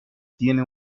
tiene